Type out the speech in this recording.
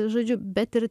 žodžiu bet ir